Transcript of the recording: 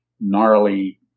gnarly